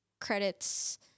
credits